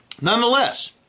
Nonetheless